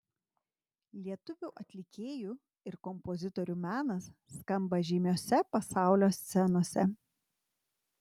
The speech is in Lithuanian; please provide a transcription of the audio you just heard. lietuvių atlikėjų ir kompozitorių menas skamba žymiose pasaulio scenose